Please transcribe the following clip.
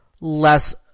less